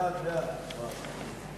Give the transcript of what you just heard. ההצעה להעביר את הצעת חוק שוויון זכויות